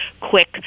quick